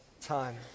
time